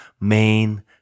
main